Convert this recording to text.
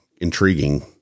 intriguing